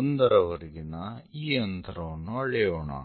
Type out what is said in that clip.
1 ರವರೆಗಿನ ಈ ಅಂತರವನ್ನು ಅಳೆಯೋಣ